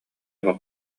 суох